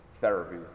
therapy